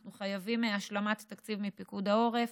אנחנו חייבים השלמת תקציב מפיקוד העורף,